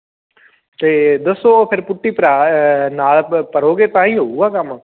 ਅਤੇ ਦੱਸੋ ਫਿਰ ਪੁੱਟੀ ਭਰਾ ਨਾਲ ਭਰੋਗੇ ਤਾਂ ਹੀ ਹੋਵੇਗਾ ਕੰਮ